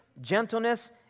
gentleness